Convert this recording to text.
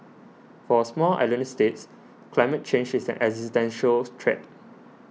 for small island states climate change is an existential threat